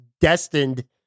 destined